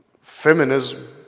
Feminism